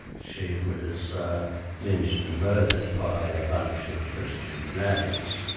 she was lynched and murdered by a bunch of christian fanatics.